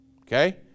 Okay